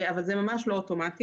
אבל זה ממש לא אוטומטי.